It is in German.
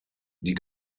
die